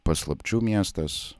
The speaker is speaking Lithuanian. paslapčių miestas